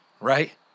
right